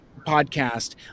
podcast